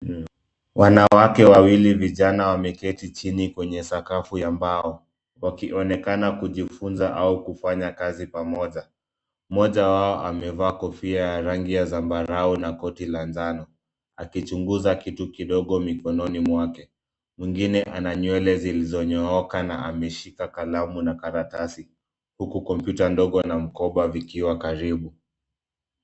Wanawake wawili vijana wameketi chini kwenye sakafu ya mbao, wakionekana kujifunza au kufanya kazi pamoja. Mmoja wao amevaa kofia ya rangi ya zambarau na koti la njano akichunguza kitu kidogo mikononi mwake. Mwingine ana nywele zilizonyooka na ameshika kalamu na karatasi huku kompyuta ndogo na mkoba vikiwa karibu.